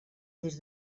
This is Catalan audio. des